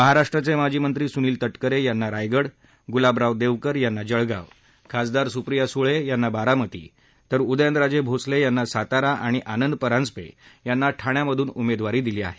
महाराष्ट्राचे माजी मंत्री सुनील तटकरे यांना रायगड गुलाबराव देवकर यांना जळगांव खासदार सुप्रिया सुळे बारामती उदयनराजे भोसले यांना सातारा तर आनंद परांजपे ठाण्यामधून उमेदवारी दिली आहे